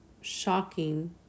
shocking